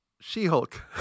She-Hulk